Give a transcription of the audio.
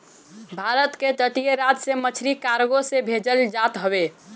भारत के तटीय राज से मछरी कार्गो से भेजल जात हवे